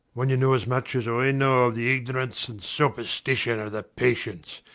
when you know as much as i know of the ignorance and superstition of the patients,